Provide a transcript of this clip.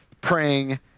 praying